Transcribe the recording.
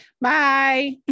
Bye